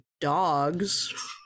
Dogs